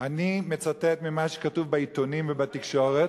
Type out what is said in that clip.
אני מצטט ממה שכתוב בעיתונים ובתקשורת.